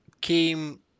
came